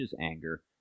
anger